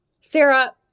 Sarah